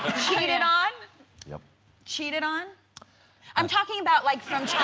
it it on yep cheat it on i'm talking about like